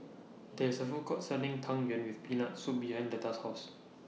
There IS A Food Court Selling Tang Yuen with Peanut Soup behind Letta's House